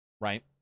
right